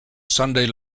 sunday